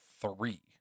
three